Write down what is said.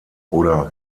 oder